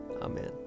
Amen